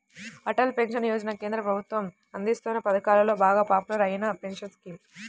Atal pension Yojana కేంద్ర ప్రభుత్వం అందిస్తోన్న పథకాలలో బాగా పాపులర్ అయిన పెన్షన్ స్కీమ్